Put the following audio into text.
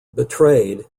betrayed